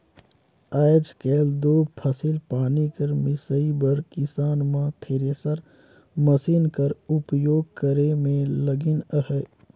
आएज काएल दो फसिल पानी कर मिसई बर किसान मन थेरेसर मसीन कर उपियोग करे मे लगिन अहे